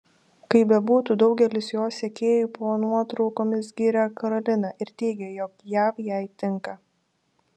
kaip bebūtų daugelis jos sekėjų po nuotraukomis giria karoliną ir teigia jog jav jai tinka